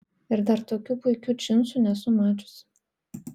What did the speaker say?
ir dar tokių puikių džinsų nesu mačiusi